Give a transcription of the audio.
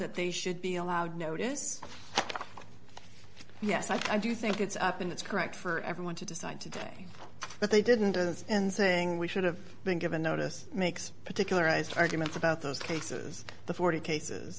that they should be allowed notice yes i do think it's up and it's correct for everyone to decide today that they didn't does and saying we should have been given notice makes particularized arguments about those cases the forty cases